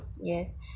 Yes